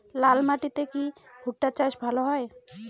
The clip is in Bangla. লাল মাটিতে কি ভুট্টা চাষ ভালো হয়?